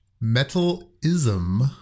Metal-ism